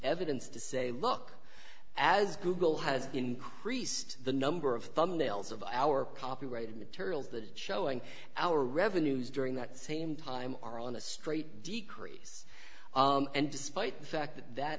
evidence to say look as google has increased the number of thumbnails of our copyrighted materials the showing our revenues during that same time are on a straight decrease and despite the fact that